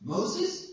Moses